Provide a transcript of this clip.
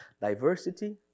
Diversity